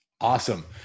Awesome